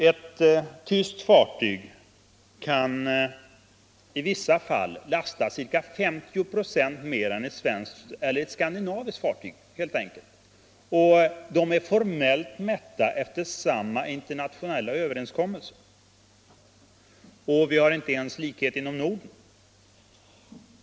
Ett tyskt fartyg kan i vissa fall lasta ca 50 96 mer än ett skandinaviskt fartyg, trots att fartygen formellt är mätta efter samma internationella överenskommelser. Vi har inte ens likhet inom Norden.